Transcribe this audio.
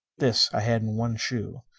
this i had in one shoe.